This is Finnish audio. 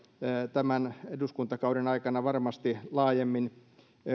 tämän eduskuntakauden aikana varmasti laajemmin